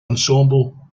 ensemble